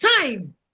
time